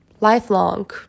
lifelong